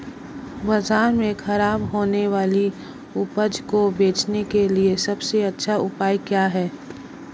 बाजार में खराब होने वाली उपज को बेचने के लिए सबसे अच्छा उपाय क्या हैं?